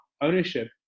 ownership